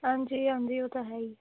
ਹਾਂਜੀ ਹਾਂਜੀ ਉਹ ਤਾਂ ਹੈ ਹੀ